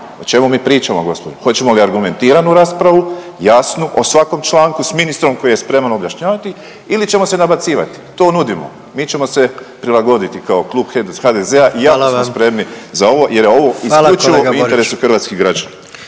o čemu mi pričamo, gospodo? Hoćemo li argumentiranu raspravu, jasnu, o svakom članku s ministrom koji je spreman objašnjavati ili ćemo se nabacivati? To nudimo. Mi ćemo se prilagoditi kao Klub HDZ-a i jako smo spremni za ovo .../Upadica: Hvala vam./...